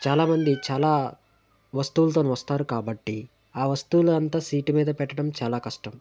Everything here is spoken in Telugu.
చాలామంది చాలా వస్తువులతోని వస్తారు కాబట్టి ఆ వస్తువులు అంతా సీటు మీద పెట్టడం చాలా కష్టం